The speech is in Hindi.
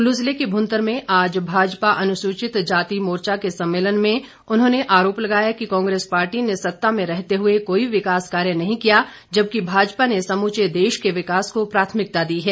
कुल्लू ज़िले के भुंतर में आज भाजपा अनुसूचित जाति मोर्चा के सम्मेलन में उन्होंने आरोप लगाया कि कांग्रेस पार्टी ने सत्ता में रहते हुए कोई विकास कार्य नहीं किया जबकि भाजपा ने समूचे देश के विकास को प्राथमिकता दी है